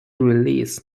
release